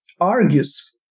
argues